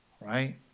right